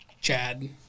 Chad